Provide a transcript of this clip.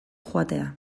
joatea